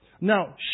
Now